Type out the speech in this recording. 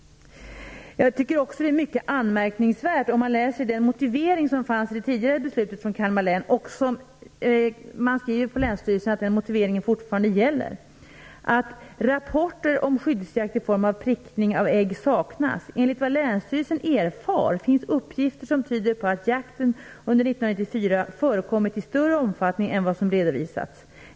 På Länsstyrelsen i Kalmar län säger man att den motivering som fanns i det tidigare beslutet i Kalmar län fortfarande gäller. Man skriver: "Rapporter om skyddsjakt i form av prickning av ägg saknas. Enligt vad länsstyrelsen erfar finns uppgifter som tyder på att jakt under 1994 förekommit i större omfattning än vad som redovisats.